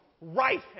Right